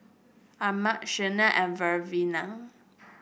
Armand Shanae and Lavina